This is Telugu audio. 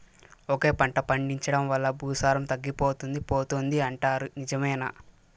ఒకే పంట పండించడం వల్ల భూసారం తగ్గిపోతుంది పోతుంది అంటారు నిజమేనా